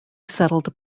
settled